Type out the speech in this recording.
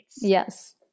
Yes